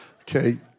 Okay